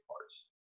parts